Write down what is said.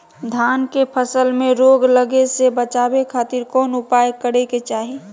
धान के फसल में रोग लगे से बचावे खातिर कौन उपाय करे के चाही?